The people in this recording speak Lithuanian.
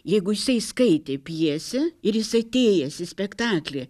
jeigu jisai skaitė pjesę ir jisai atėjęs į spektaklį